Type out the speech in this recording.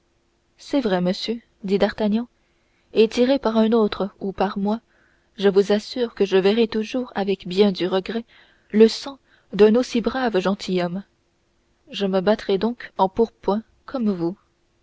c'est vrai monsieur dit d'artagnan et tiré par un autre ou par moi je vous assure que je verrai toujours avec bien du regret le sang d'un aussi brave gentilhomme je me battrai donc en pourpoint comme vous